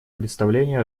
представление